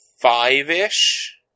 five-ish